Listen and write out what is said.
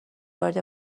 وارد